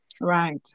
Right